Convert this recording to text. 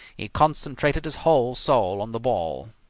he concentrated his whole soul on the ball.